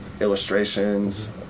illustrations